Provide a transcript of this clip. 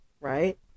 right